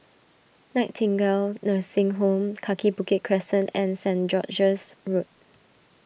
Nightingale Nursing Home Kaki Bukit Crescent and Saint George's Road